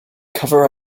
cover